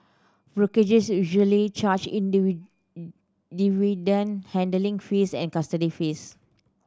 brokerage usually charge dividend handling fees and custody fees